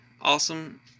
awesome